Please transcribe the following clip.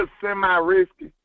semi-risky